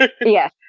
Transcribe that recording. Yes